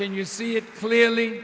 when you see it clearly